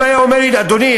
אם הוא היה אומר לי: אדוני,